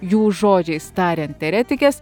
jų žodžiais tariant eretikes